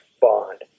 bond